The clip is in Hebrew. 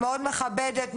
מאוד מכבדת,